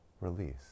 release